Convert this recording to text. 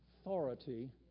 authority